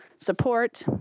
support